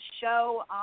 show